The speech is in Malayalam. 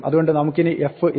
അതുകൊണ്ട് നമുക്കിനി f ഇല്ല